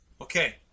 okay